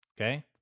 Okay